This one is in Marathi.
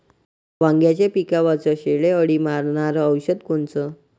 वांग्याच्या पिकावरचं शेंडे अळी मारनारं औषध कोनचं?